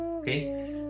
okay